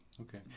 Okay